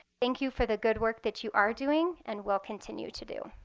thank you for the good work that you are doing and will continue to do.